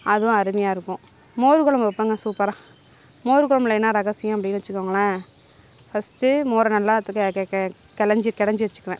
அதுவும் அருமையாயிருக்கும் மோர் குழம்பு வைப்பேங்க சூப்பராக மோர் குழம்புல என்ன ரகசியம் அப்படினு வச்சுகோங்களேன் ஃபர்ஸ்ட்டு மோரை நல்லா கெளஞ்சி கடஞ்சி வச்சுக்குவேன்